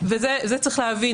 וזה זה צריך להבין,